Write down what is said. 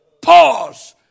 Pause